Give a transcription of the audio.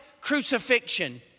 crucifixion